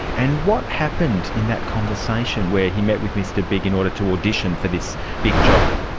and what happened in that conversation where he met with mr big in order to audition for this big job?